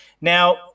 Now